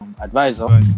advisor